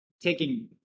taking